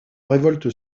révolte